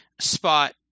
spot